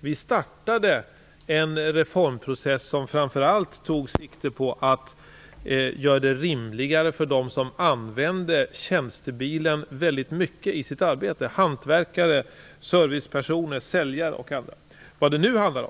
Vi startade en reformprocess, som framför allt tog sikte på att göra förhållandena rimligare för dem som använder tjänstebilen väldigt mycket i sitt arbete; hantverkare, servicepersoner, säljare och andra. Nu handlar